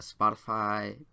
Spotify